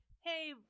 hey